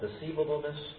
deceivableness